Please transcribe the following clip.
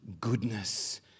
goodness